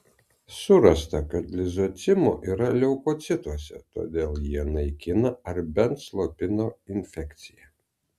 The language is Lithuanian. surasta kad lizocimo yra leukocituose todėl jie naikina ar bent slopina infekciją